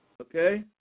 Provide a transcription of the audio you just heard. Okay